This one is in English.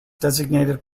designated